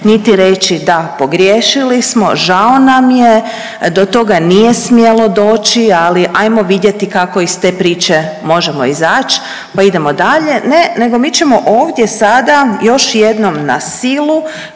niti reći da, pogriješili smo, žao nam je, do toga nije smjelo doći ali hajmo vidjeti kako iz te priče možemo izaći pa idemo dalje. Ne, nego mi ćemo ovdje sada još jednom na silu